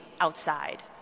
outside